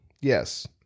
Yes